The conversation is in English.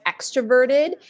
extroverted